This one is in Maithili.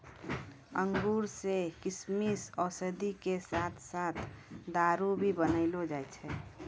अंगूर सॅ किशमिश, औषधि के साथॅ साथॅ दारू भी बनैलो जाय छै